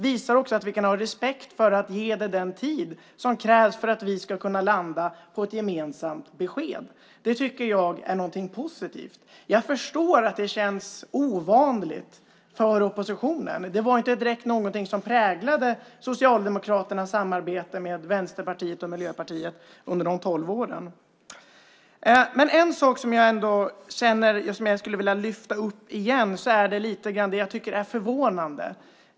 Vi visar också att vi kan ha respekt för att ge det den tid som krävs för att vi ska kunna landa med ett gemensamt besked. Det tycker jag är något positivt. Jag förstår att det känns ovanligt för oppositionen. Det var inte direkt något som präglade Socialdemokraternas samarbete med Vänsterpartiet och Miljöpartiet under de tolv åren. En sak som jag skulle vilja lyfta upp igen är det jag tycker är förvånande.